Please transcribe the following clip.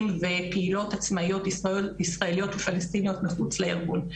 ופעילות עצמאיות ישראליות ופלסטיניות מחוץ לארגון.